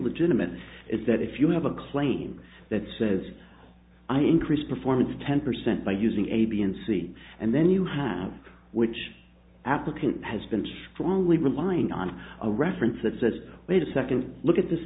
legitimate is that if you have a claim that says i increase performance ten percent by using a b and c and then you have which applicant has been strongly relying on a reference that says wait a second look at this